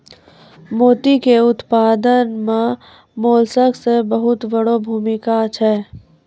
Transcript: मोती के उपत्पादन मॅ मोलस्क के बहुत वड़ो भूमिका छै